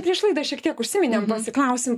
prieš laidą šiek tiek užsiminėm pasiklausim